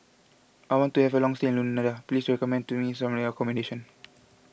I want to have long stay in Luanda please recommend to me some accommodation